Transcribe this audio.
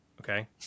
Okay